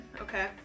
Okay